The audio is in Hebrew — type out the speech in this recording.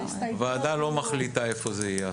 הוועדה לא מחליטה איפה זה יהיה.